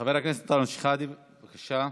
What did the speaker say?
חבר הכנסת אנטאנס שחאדה, בבקשה.